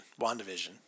WandaVision